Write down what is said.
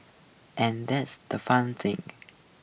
and this the fun thing